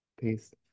Peace